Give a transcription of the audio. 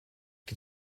die